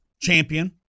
champion